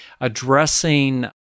addressing